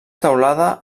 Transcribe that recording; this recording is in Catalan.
teulada